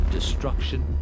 Destruction